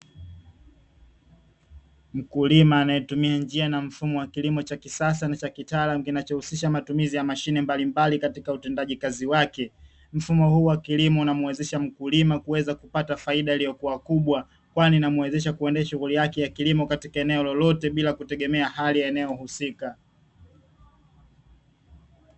Mkulima anayetumia njia na mfumo wa kilimo cha kisasa na kitaalamu kinachohusisha matumizi ya mashine mbalimbali katika utendaji kazi wake. Mfumo huu wa kilimo unamwezesha mkulima kuweza kupata faida iliyokuwa kubwa, kwani inamuwezesha kuendesha shughuli yake ya kilimo katika eneo lolote, bila kutegemea hali ya eneo husika .